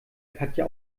katja